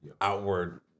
outward